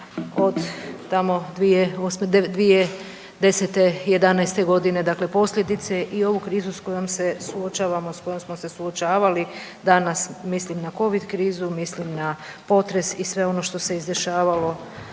od tamo 2010., 11. godine dakle posljedice i ovu krizu s kojom se suočavamo s kojom smo se suočavali danas mislim na Covid krizu, mislim na potres i sve ono što se izdešavalo